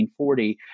1940